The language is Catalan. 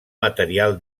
material